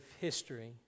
history